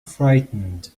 frightened